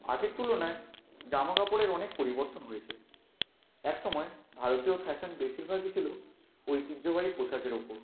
আগের তুলনায় জামাকাপড়ের অনেক পরিবর্তন হয়েছে একসময় ভারতীয় ফ্যাশন বেশিরভাগই ছিল ঐতিহ্যবাহী পোশাকের উপর